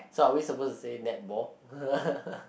so are we supposed to say netball